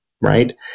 right